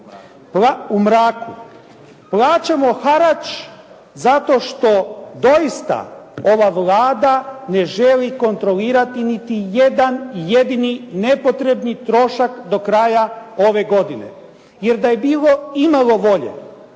u mraku. Plaćamo harač zato što doista ova Vlada ne želi kontrolirati niti jedan jedini nepotrebni trošak do kraja ove godine. Jer da je bilo imalo volje,